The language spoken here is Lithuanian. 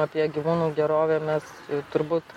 apie gyvūnų gerovę mes turbūt